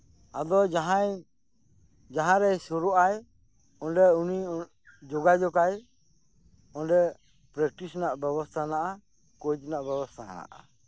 ᱟᱫᱚ ᱡᱟᱦᱟᱸᱭ ᱡᱟᱦᱟᱸᱨᱮᱭ ᱥᱳᱨᱳᱜ ᱟᱭ ᱚᱸᱰᱮ ᱩᱱᱤ ᱡᱳᱜᱟ ᱡᱳᱜᱟᱭ ᱚᱸᱰᱮ ᱯᱮᱨᱠᱴᱤᱥ ᱨᱮᱱᱟᱜ ᱵᱮᱵᱚᱥᱛᱷᱟ ᱦᱮᱱᱟᱜᱼᱟ ᱠᱳᱪ ᱨᱮᱱᱟᱜ ᱵᱮᱵᱚᱥᱛᱷᱟ ᱦᱮᱱᱟᱜᱼᱟ